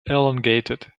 elongated